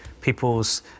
People's